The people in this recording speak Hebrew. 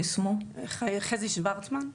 חזי שוורצמן.